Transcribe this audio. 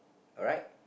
right